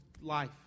life